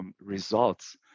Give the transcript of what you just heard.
Results